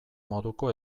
moduko